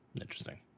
interesting